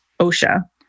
OSHA